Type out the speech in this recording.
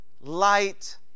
light